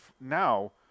now